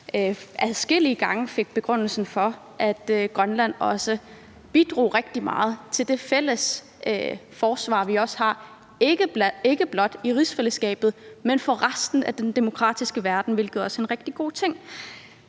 adskillige gange fik begrundelse for, at Grønland også bidrog rigtig meget til det fælles forsvar, vi også har, ikke blot i rigsfællesskabet, men for resten af den demokratiske verden, hvilket også er en rigtig god ting.